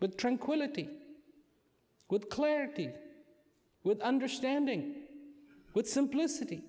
with tranquility with clarity with understanding with simplicity